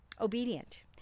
obedient